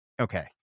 okay